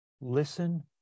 Listen